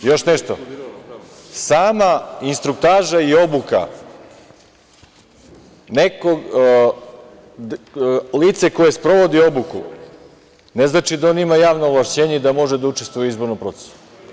Još nešto, sama instruktaža i obuka, lice koje sprovodi obuku, ne znači da on ima javno ovlašćenje da on može da učestvuje u izbornom procesu.